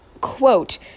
quote